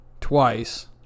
twice